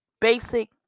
basic